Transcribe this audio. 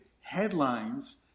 headlines